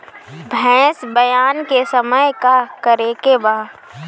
भैंस ब्यान के समय का करेके बा?